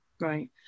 Right